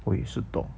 我也是懂